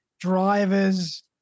drivers